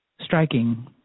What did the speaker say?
striking